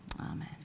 Amen